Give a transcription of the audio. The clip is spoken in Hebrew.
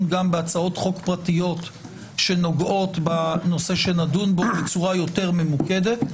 גם בהצעות חוק פרטיות שנוגעות בנושא שנדון בו בצורה יותר ממוקדת.